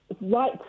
right